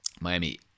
Miami